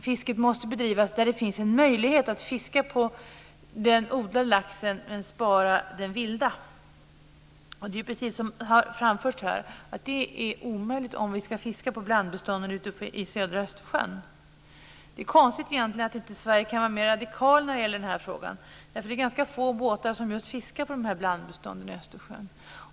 Fisket måste bedrivas där det finns en möjlighet att fiska den odlade laxen men spara den vilda. Det är, precis som har framförts här, omöjligt om vi ska fiska på blandbestånden ute i södra Östersjön. Det är egentligen konstigt att Sverige inte kan vara mer radikalt när det gäller denna fråga. Det är ganska få båtar som fiskar just på dessa blandbestånd i Östersjön.